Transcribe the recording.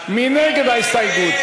מי נגד ההסתייגות?